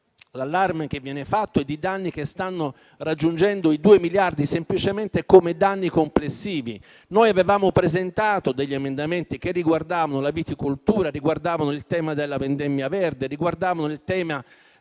l'allarme che viene lanciato è di danni che stanno raggiungendo i 2 miliardi, semplicemente come danni complessivi. Noi avevamo presentato degli emendamenti che riguardavano la viticoltura, il tema della vendemmia verde e il tema